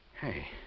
Hey